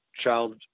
child